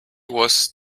was